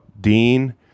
Dean